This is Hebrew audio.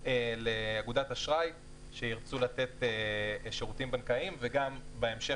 או לאגודת אשראי שירצו לתת שירותים בנקאים וגם בהמשך,